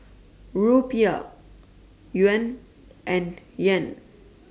Rupiah Yuan and Yen